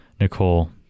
Nicole